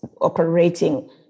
operating